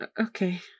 okay